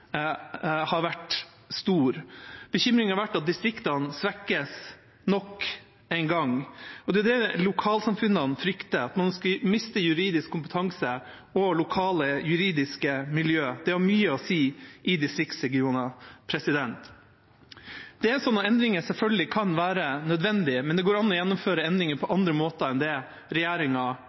har vært stor. Bekymringen har vært at distriktene svekkes nok en gang. Det er det lokalsamfunnene frykter – at man skal miste juridisk kompetanse og lokale juridiske miljøer. Det har mye å si i distriktsregionene. Endringer kan selvfølgelig være nødvendig, men det går an å gjennomføre endringer på andre måter enn det regjeringa